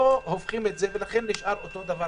פה הופכים את זה ולכן המצב נשאר אותו דבר: